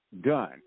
Done